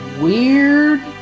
Weird